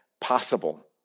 possible